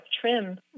trim